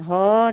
हो